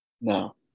No